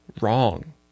wrong